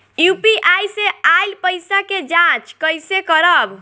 UPI से आइल पईसा के जाँच कइसे करब?